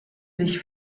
sich